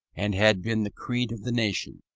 and had been the creed of the nation.